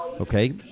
okay